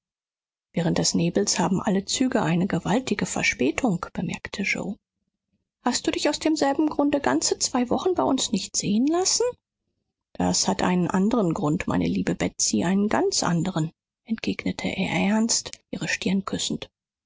wegen des nebels haben alle züge eine gewaltige verspätung bemerkte yoe hast du dich aus demselben grunde ganze zwei wochen bei uns nicht sehen lassen das hat einen anderen grund meine liebe betsy einen ganz anderen entgegnete er ernst ihre stirn küssend